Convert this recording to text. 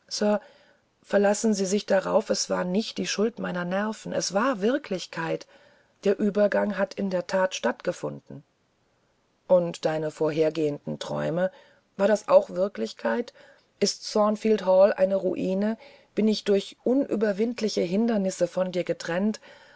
verlassen sie sich darauf es war nicht die schuld meiner nerven es war wirklichkeit der übergang hat in der that stattgefunden und deine vorhergehenden träume war das auch wirklichkeit ist thornfield hall eine ruine bin ich durch unüberwindliche hindernisse von dir getrennt